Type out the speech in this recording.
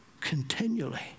continually